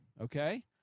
okay